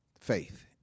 faith